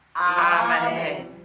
Amen